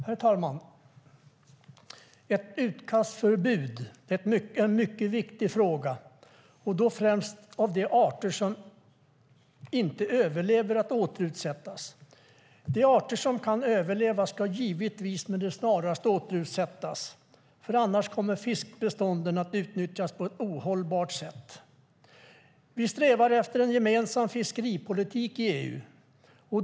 Herr talman! Ett utkastförbud är en mycket viktig fråga, främst när det gäller de arter som inte överlever att återutsättas. De arter som kan överleva ska givetvis med det snaraste återutsättas, för annars kommer fiskbestånden att utnyttjas på ett ohållbart sätt. Vi strävar efter en gemensam fiskeripolitik i EU.